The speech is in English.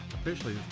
Officially